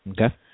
Okay